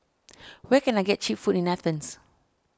where can I get Cheap Food in Athens